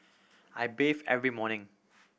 I every morning